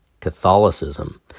Catholicism